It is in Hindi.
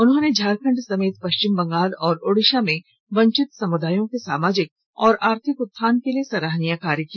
उन्होंने झारखंड समेत पश्चिम बंगाल और ओडिशा में वंचित समुदायों के सामाजिक और आर्थिक उत्थान के लिए सराहनीय कार्य किया